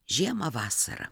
žiemą vasarą